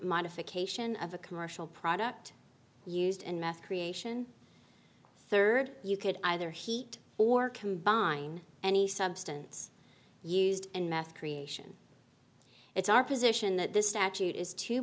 modification of a commercial product used in meth creation third you could either heat or combine any substance used in math creation it's our position that this statute is too